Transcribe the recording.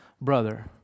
brother